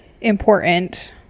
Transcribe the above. important